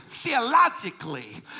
theologically